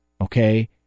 okay